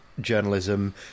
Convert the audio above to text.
journalism